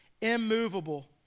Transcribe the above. immovable